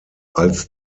als